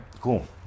cool